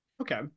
Okay